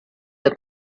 the